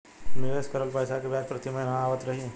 निवेश करल पैसा के ब्याज प्रति महीना आवत रही?